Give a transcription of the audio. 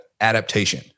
adaptation